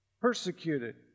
persecuted